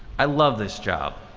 i love this job.